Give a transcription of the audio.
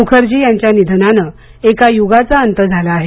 मुखर्जी यांच्या निधनानं एका युगाचा अंत झाला आहे